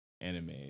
anime